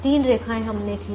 तीन रेखाएं हमने खींची